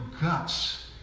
guts